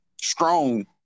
strong